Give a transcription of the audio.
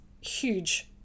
huge